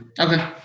Okay